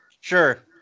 Sure